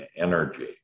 energy